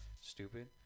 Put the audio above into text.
stupid